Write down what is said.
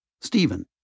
Stephen